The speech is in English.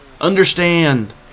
understand